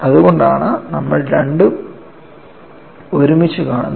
അതുകൊണ്ടാണ് നമ്മൾ രണ്ടും ഒരുമിച്ച് കാണുന്നത്